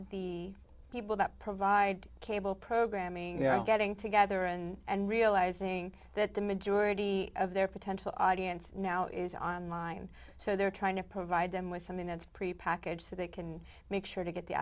the people that provide cable programming you know getting together and realizing that the majority of their potential audience now is on mine so they're trying to provide them with something that's prepackaged so they can make sure to get the